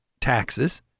taxes